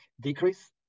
decrease